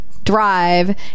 drive